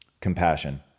compassion